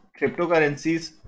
Cryptocurrencies